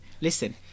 Listen